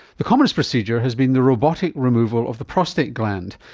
the commonest procedure has been the robotic removal of the prostate gland,